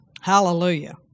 Hallelujah